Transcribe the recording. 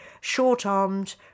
short-armed